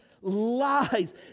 lies